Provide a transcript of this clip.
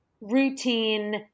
routine